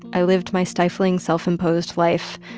i lived my stifling, self-imposed life.